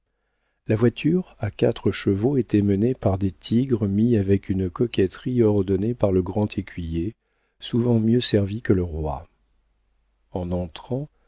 la voiture à quatre chevaux était menée par des tigres mis avec une coquetterie ordonnée par le grand écuyer souvent mieux servi que le roi en entrant